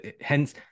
hence